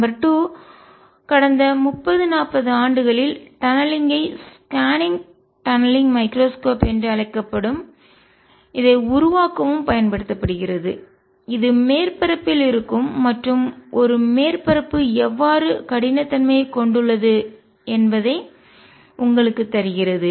number 2 கடந்த 30 40 ஆண்டுகளில் tunnelling ஐ சுரங்கப்பாதை ஸ்கேனிங் டன்னலிங் மைக்ரோஸ்கோப் என்று அழைக்கப்படும் இதை உருவாக்கவும் பயன்படுத்தப்படுகிறது இது மேற்பரப்பில் இருக்கும்மற்றும் ஒரு மேற்பரப்பு எவ்வாறு கடினத்தன்மையைக் கொண்டுள்ளது என்பதை உங்களுக்குத் தருகிறது